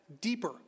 deeper